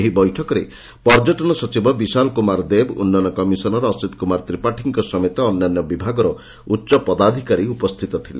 ଏହି ବୈଠକରେ ପର୍ଯ୍ୟଟନ ସଚିବ ବିଶାଲ କୁମାର ଦେବ ଉନ୍ନୟନ କମିଶନର ଅଶିତ୍ କୁମାର ତ୍ରିପାଠୀଙ୍କ ସମେତ ଅନ୍ୟାନ୍ୟ ବିଭାଗର ଉଚ୍ଚ ପଦାଧିକାରୀ ଉପସ୍ଥିତ ଥିଲେ